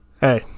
Hey